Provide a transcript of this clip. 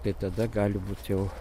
tai tada gali būt jau